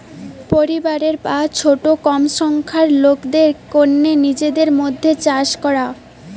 পরিবারের বা ছোট কম সংখ্যার লোকদের কন্যে নিজেদের মধ্যে চাষ করা